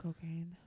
cocaine